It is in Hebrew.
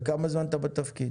וכמה זמן אתה בתפקיד?